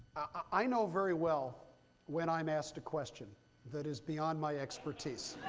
i know very well when i'm asked a question that is beyond my expertise.